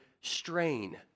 strain